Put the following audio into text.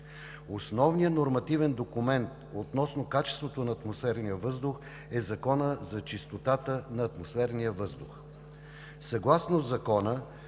Основният нормативен документ относно качеството на атмосферния въздух е Законът за чистотата на атмосферния въздух.